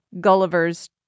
Gulliver's